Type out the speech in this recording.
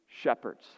shepherds